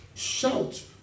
Shout